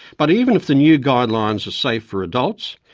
but even if the new guidelines are safe for adults,